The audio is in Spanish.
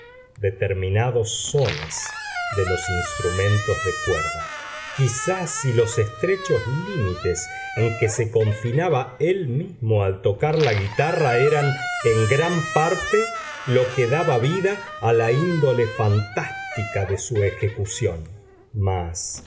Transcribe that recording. determinados sones de los instrumentos de cuerda quizá si los estrechos límites en que se confinaba él mismo al tocar la guitarra eran en gran parte lo que daba vida a la índole fantástica de su ejecución mas